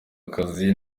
akazi